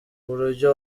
buryo